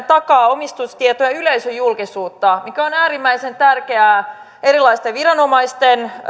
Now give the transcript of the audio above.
takaa omistustietojen yleisöjulkisuutta mikä on äärimmäisen tärkeää erilaisten viranomaisten